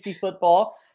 football